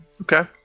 Okay